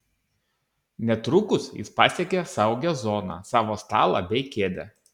netrukus jis pasiekė saugią zoną savo stalą bei kėdę